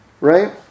right